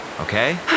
okay